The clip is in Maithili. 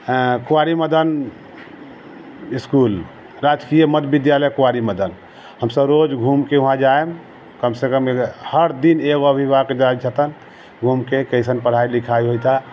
एँ कुआरि मदन इसकुल राजकीय मध्य विद्यालय कुआरि मदन हमसब रोज घुमैके वहाँ जाएब कमसँ कम हर दिन एगो अभिभावक जाइ छथिन घुमैके कइसन पढ़ाइ लिखाइ होइत हइ